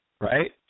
right